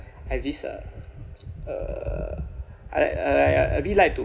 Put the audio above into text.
I have this uh uh I uh I really like to